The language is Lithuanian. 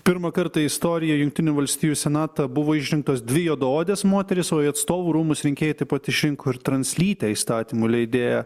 pirmą kartą istorijoj į jungtinių valstijų senatą buvo išrinktos dvi juodaodės moterys o į atstovų rūmus rinkėjai taip pat išrinko ir translytę įstatymų leidėją